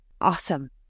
awesome